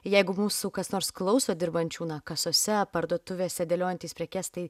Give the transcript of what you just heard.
jeigu mūsų kas nors klauso dirbančių na kasose parduotuvėse dėliojantys prekes tai